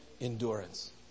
endurance